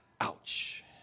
Ouch